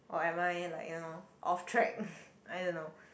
or am I like you know off track I don't know